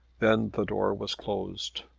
then the door was closed.